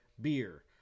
Beer